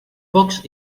pocs